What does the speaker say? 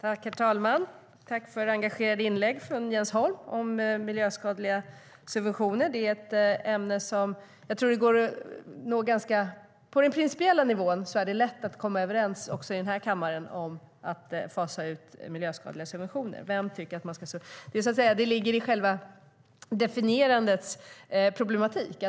Herr talman! Tack för engagerade inlägg från Jens Holm om miljöskadliga subventioner! På den principiella nivån är det lätt att komma överens i kammaren om att fasa ut miljöskadliga subventioner. Det ligger i själva definierandet.